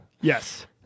yes